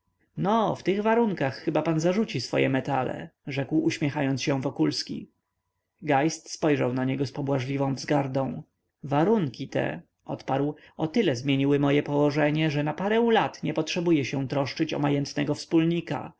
no w tych warunkach chyba zarzuci pan swoje metale rzekł uśmiechając się wokulski geist spojrzał na niego z pobłażliwą wzgardą warunki te odparł o tyle zmieniły moje położenie że na parę lat nie potrzebuję się troszczyć o majętnego wspólnika